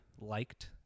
liked